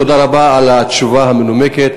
תודה רבה על התשובה המנומקת,